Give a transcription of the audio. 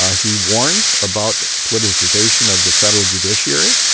ah he warned about politicization of the federal judiciary.